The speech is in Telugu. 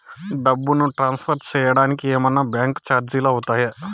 డబ్బును ట్రాన్స్ఫర్ సేయడానికి ఏమన్నా బ్యాంకు చార్జీలు అవుతాయా?